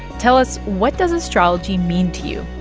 tell us what does astrology mean to you,